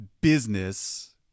business